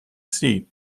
seat